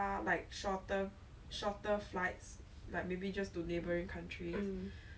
like 做什么 lah like the time is like not here not there so I guess that fourteen hours was like oh okay